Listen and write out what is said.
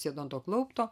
sėdo ant to klaupto